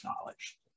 knowledge